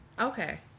Okay